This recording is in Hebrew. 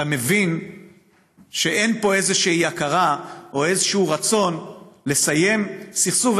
ואתה מבין שאין פה איזושהי הכרה או איזשהו רצון לסיים סכסוך,